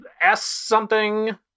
S-something